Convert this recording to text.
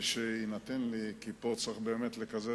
אבקש שיינתן לי, כי פה צריך באמת לקזז.